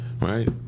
Right